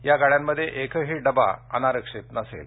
या गाड्यांमध्ये एकही डबा अनारक्षित नसेल